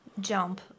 jump